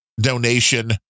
donation